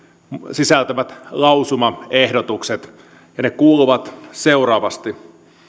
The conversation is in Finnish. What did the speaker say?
sisältävät lausumaehdotukset ja ne kuuluvat seuraavasti